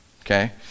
Okay